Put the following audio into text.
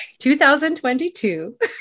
2022